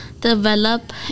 Develop